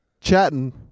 chatting